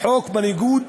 בניגוד